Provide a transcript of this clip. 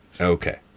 Okay